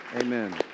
Amen